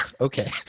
okay